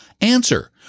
Answer